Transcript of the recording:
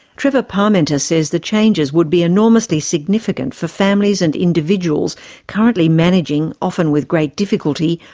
trevor parmenter says the changes would be enormously significant for families and individuals currently managing, often with great difficulty,